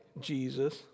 Jesus